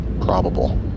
probable